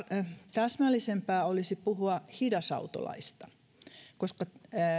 täsmällisempää olisi puhua hidasautolaista koska